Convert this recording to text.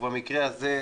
ובמקרה הזה,